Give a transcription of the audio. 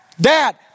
Dad